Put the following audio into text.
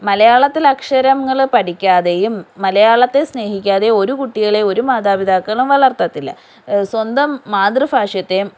മലയാളത്തിൽ അക്ഷരങ്ങൾ പഠിക്കാതെയും മലയാളത്തെ സ്നേഹിക്കാതെയും ഒരു കുട്ടികളെയും ഒരു മാതാപിതാക്കളും വളർത്തതില്ല സ്വന്തം മാതൃഭാഷ്യത്തെയും